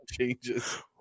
changes